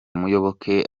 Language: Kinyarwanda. muyoboke